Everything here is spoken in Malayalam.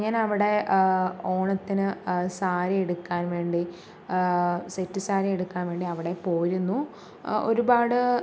ഞാൻ അവിടെ ഓണത്തിന് സാരി എടുക്കാൻ വേണ്ടി സെറ്റ് സാരി എടുക്കാൻ വേണ്ടി അവിടെ പോയിരുന്നു ഒരുപാട്